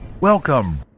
Welcome